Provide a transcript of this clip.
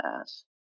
ass